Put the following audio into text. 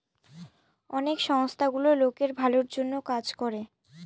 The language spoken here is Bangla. অনেক সংস্থা গুলো লোকের ভালোর জন্য কাজ করে